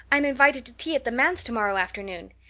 i am invited to tea at the manse tomorrow afternoon!